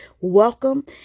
welcome